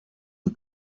the